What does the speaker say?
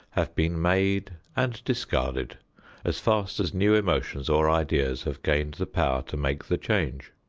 have been made and discarded as fast as new emotions or ideas have gained the power to make the change.